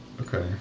Okay